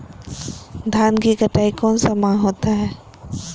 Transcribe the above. धान की कटाई कौन सा माह होता है?